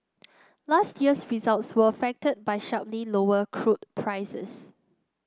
last year's results were affected by sharply lower crude prices